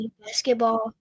basketball